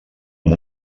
amb